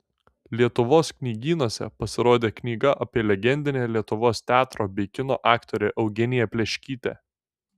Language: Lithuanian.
lietuvos knygynuose pasirodė knyga apie legendinę lietuvos teatro bei kino aktorę eugeniją pleškytę